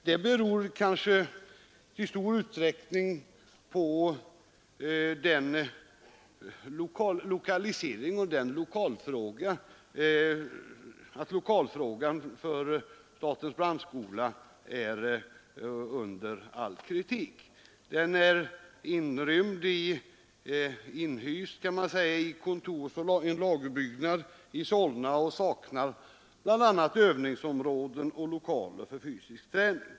Detta beror i stor utsträckning på att lokalerna för brandskolan är under all kritik. Skolan är inrymd — man kunde säga inhyst — i en kontorsoch lagerbyggnad i Solna och saknar bl.a. övningsområden och lokaler för fysisk träning.